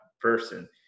person